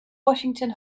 washington